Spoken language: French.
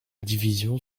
division